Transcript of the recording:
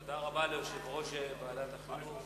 תודה רבה ליושב-ראש ועדת החינוך,